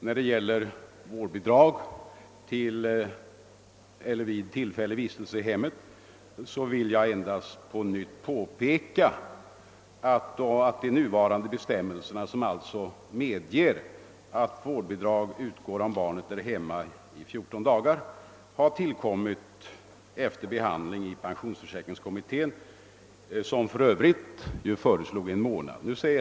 Vad gäller vårdbidrag vid tillfällig vistelse i hemmet vill jag än en gång påpeka att de nuvarande bestämmelserna, som alltså medger att vårdbidrag utgår om barnet är hemma i 14 dagar, har tillkommit efter frågans behandling i pensionsförsäkringskommittén, vilken för övrigt föreslog att tiden skulle sättas till en månad.